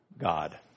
God